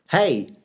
Hey